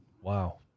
wow